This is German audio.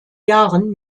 jahren